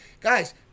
guys